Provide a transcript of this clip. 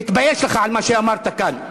תתבייש לך על מה שאמרת כאן.